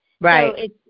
Right